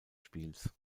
spiels